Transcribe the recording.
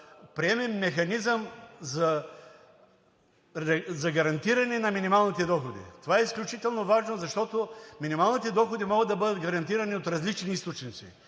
приемем механизъм за гарантиране на минималните доходи. Това е изключително важно, защото минималните доходи могат да бъдат гарантирани от различни източници.